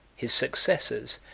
his successors,